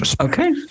Okay